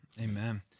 Amen